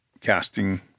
casting